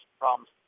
problems